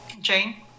jane